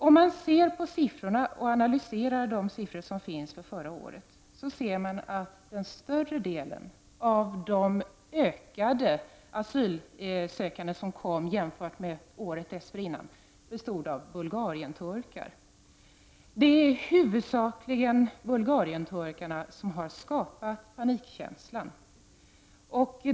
Om man analyserar de siffror som finns för förra året, ser man att större delen av ökningen av antalet asylsökande jämfört med året dessförinnan bestod av bulgarienturkar. Det är huvudsakligen bulgarienturkarna som har skapat panikkänslan.